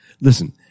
Listen